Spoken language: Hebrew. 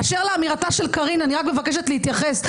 באשר לאמירתה של קארין, אני רק מבקשת להתייחס.